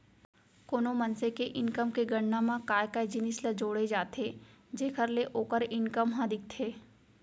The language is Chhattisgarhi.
कोनो मनसे के इनकम के गणना म काय काय जिनिस ल जोड़े जाथे जेखर ले ओखर इनकम ह दिखथे?